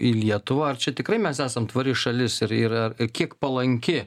į lietuvą ar čia tikrai mes esam tvari šalis ir ir ar kiek palanki